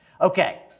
Okay